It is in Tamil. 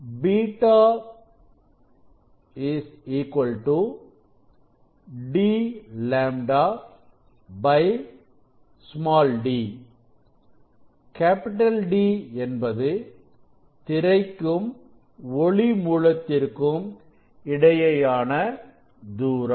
β Dλ d D என்பது திரைக்கும் ஒளி மூலத்திற்கும் இடையேயான தூரம்